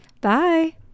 Bye